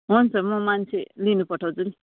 हुन्छ म मान्छे लिनु पठाउँछु नि